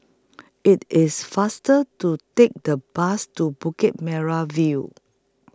IT IS faster to Take The Bus to Bukit Merah View